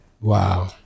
wow